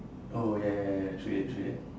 oh ya ya ya true that true that